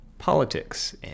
Politics